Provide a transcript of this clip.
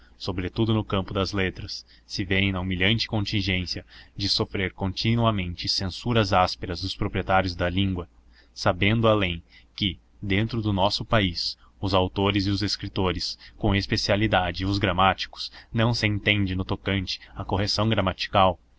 sobretudo no campo das letras se vêem na humilhante contingência de sofrer continuamente censuras ásperas dos proprietários da língua sabendo além que dentro do nosso país os autores e os escritores com especialidade os gramáticos não se entendem no tocante à correção gramatical